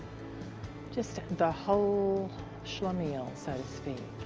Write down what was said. just the whole schlemiel, so to speak.